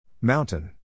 Mountain